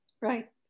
Right